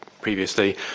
previously